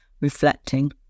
reflecting